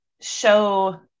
show